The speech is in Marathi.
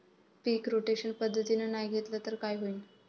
पीक रोटेशन पद्धतीनं नाही घेतलं तर काय होईन?